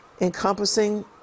encompassing